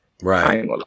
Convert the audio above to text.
right